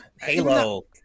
Halo